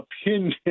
opinion